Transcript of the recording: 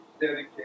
dedicate